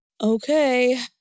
Okay